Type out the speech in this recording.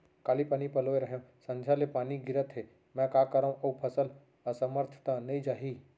काली पानी पलोय रहेंव, संझा ले पानी गिरत हे, मैं का करंव अऊ फसल असमर्थ त नई जाही?